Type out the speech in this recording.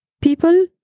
people